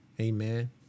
Amen